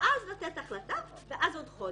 ואז לתת החלטה ואז עוד חודש.